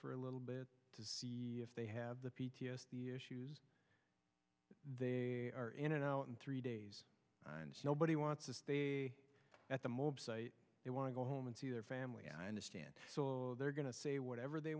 for a little bit to see if they have the p t s d issues they are in and out in three days and nobody wants to stay at the moment they want to go home and see their family i understand they're going to say whatever they